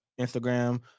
Instagram